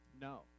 No